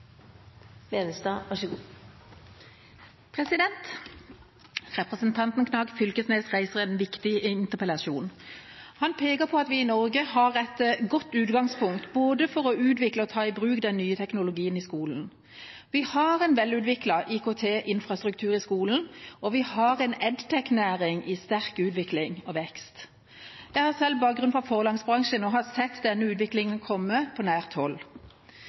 å ta i bruk den nye teknologien i skolen. Vi har en velutviklet IKT-infrastruktur i skolen, og vi har en EdTech-næring i sterk utvikling og vekst. Jeg har selv bakgrunn fra forlagsbransjen og har sett denne utviklingen komme på nært hold.